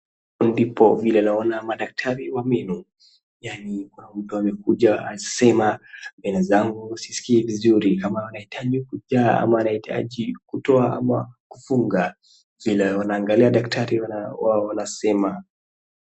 Ndipo vile naona madaktari wa meno yaani mtu amekuja akisema meno zangu siskii vizuri ama anahitaji kujaa ama anahitaji kutoa ama kufunga, vile wanaangalia daktari wao wanasema.